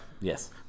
Yes